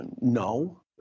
no